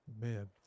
man